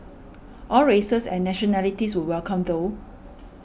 all races and nationalities were welcome though